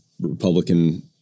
Republican